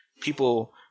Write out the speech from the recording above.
people